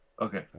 Okay